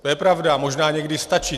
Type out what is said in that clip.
To je pravda, možná někdy stačí.